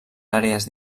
àrees